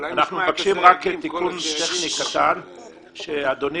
אנחנו מבקשים רק תיקון טכני קטן שאדוני